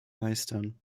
meistern